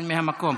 אבל מהמקום.